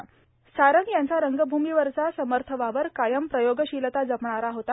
लालन सारंग यांचा रंगभूमीवरचा समर्थ वावर कायम प्रयोगशीलता जपणारा होता